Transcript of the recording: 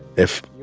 if,